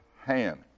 hand